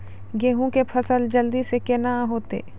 गेहूँ के फसल जल्दी से के ना होते?